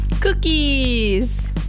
cookies